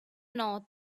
north